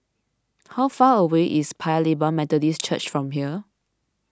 how far away is Paya Lebar Methodist Church from here